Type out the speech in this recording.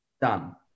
Done